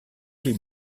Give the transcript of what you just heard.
les